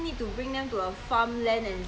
no you should l~